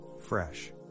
fresh